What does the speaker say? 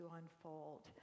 unfold